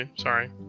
sorry